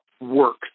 work